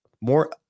more